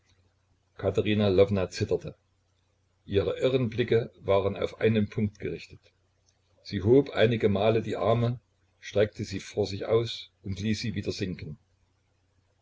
katerina lwowna zitterte ihre irren blicke waren auf einen punkt gerichtet sie hob einige male die arme streckte sie vor sich aus und ließ sie wieder sinken